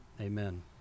Amen